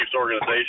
organization